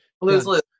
Lose-lose